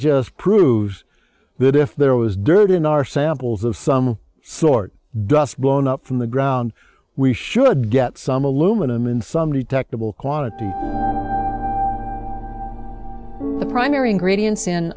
just proves that if there was dirt in our samples of some sort dust blown up from the ground we should get some aluminum in some detectable quantity the primary ingredients in